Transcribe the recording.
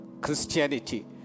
Christianity